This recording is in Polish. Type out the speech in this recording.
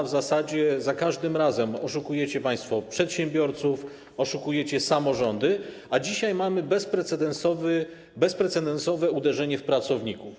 W zasadzie za każdym razem oszukujecie państwo przedsiębiorców, oszukujecie samorządy, a dzisiaj mamy bezprecedensowe uderzenie w pracowników.